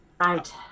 Right